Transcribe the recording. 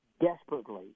desperately